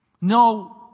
No